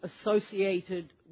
associated